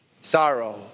sorrow